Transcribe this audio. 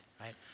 right